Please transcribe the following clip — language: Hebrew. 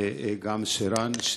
וגם שרן.